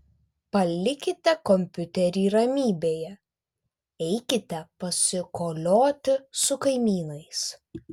palikite kompiuterį ramybėje eikite pasikolioti su kaimynais